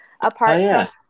Apart